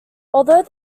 although